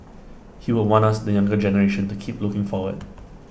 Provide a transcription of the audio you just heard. he would want us the younger generation to keep looking forward